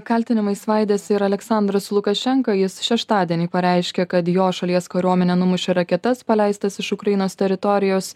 kaltinimais svaidėsi ir aleksandras lukašenka jis šeštadienį pareiškė kad jo šalies kariuomenė numušė raketas paleistas iš ukrainos teritorijos